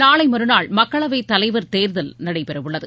நாளை மறுநாள் மக்களவைத் தலைவர் தேர்தல் நடைபெறவுள்ளது